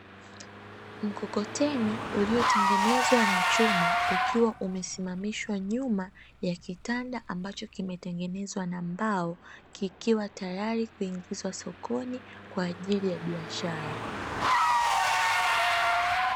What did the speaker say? Mkokoteni uliotengenezwa na chuma, ukiwa umesimamishwa nyuma ya kitanda ambacho kimetengenezwa na mbao; kikiwa tayari kuingizwa sokoni kwa ajili ya biashara.